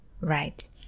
Right